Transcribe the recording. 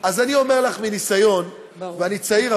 אז אני אומר לך מניסיון ואני צעיר,